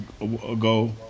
ago